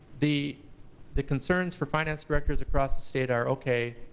the the concerns for finance directors across the state are okay,